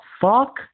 fuck